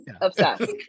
obsessed